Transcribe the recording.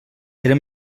era